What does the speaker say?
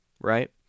right